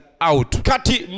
out